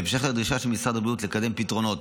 בהמשך לדרישה של משרד הבריאות לקדם פתרונות